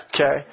Okay